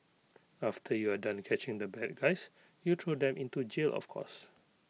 after you are done catching the bad guys you throw them into jail of course